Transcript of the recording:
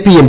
P M